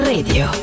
Radio